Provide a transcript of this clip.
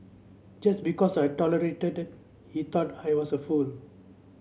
just because I tolerated he thought I was a fool